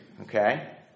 Okay